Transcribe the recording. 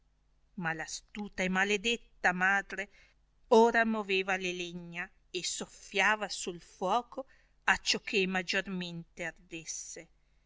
ma l astuta e maledetta madre ora moveva le legna e soffiava nel fuoco acciò che maggiormente ardesse